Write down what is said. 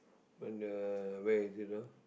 but the where is it ah